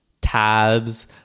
tabs